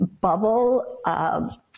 bubble